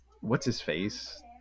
What's-his-face